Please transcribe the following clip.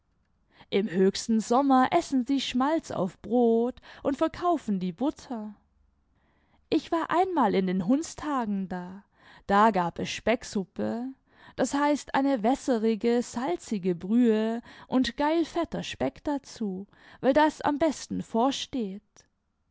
im höchsten sommer essen sie schmalz auf brot und verkaufen die butter ich war einmal in den hundstagen da da gab es specksuppe das heißt eine wässerige salzige brühe und geilfetter speck dazu weil das am besten vorsteht